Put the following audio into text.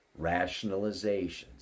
rationalizations